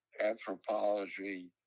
Anthropology